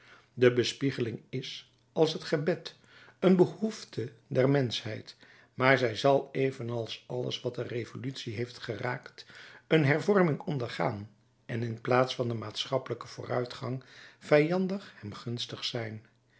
de bespiegeling is als het gebed een behoefte der menschheid maar zij zal evenals alles wat de revolutie heeft geraakt een hervorming ondergaan en in plaats van den maatschappelijken vooruitgang vijandig hem gunstig zijn